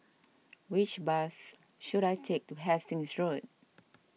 which bus should I take to Hastings Road